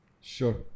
Sure